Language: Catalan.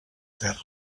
terra